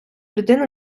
людини